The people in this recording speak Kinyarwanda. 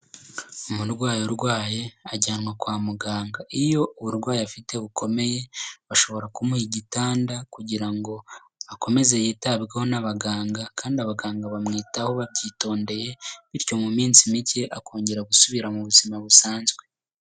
Umurwayi urwaye ajyanwa kwa muganga, iyo uburwayi afite bukomeye bashobora kumuha igitanda kugira ngo akomeze yitabweho n'abaganga kandi abaganga bamwitaho babyitondeye bityo mu minsi mike akongera gusubira mu buzima busanzwe.